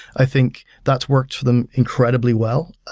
i think that's worked for them incredibly well.